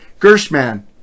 gershman